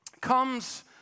comes